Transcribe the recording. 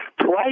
Twice